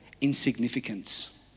Insignificance